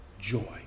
joy